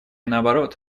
наоборот